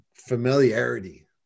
familiarity